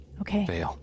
Okay